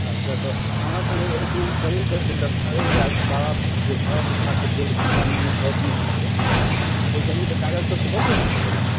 अच्छा तऽ अहाँके ओ जमीनके जे दस्तावेज हैत बाबा जे बाबा पुरखासभ जे अइ जिनका नामे दऽ दने हेतै तऽ ओ जमीनके कागजसभ तऽ हैत ने अहाँसभ लगन